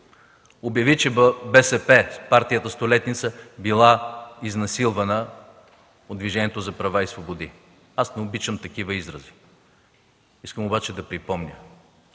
партия, партията столетница, била изнасилвана от Движението за права и свободи. Аз не обичам такива изрази. Искам обаче да припомня,